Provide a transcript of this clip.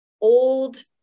old